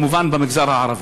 כמובן, במגזר הערבי.